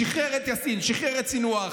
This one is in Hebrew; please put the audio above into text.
ידעתי שתפסיקי אותי.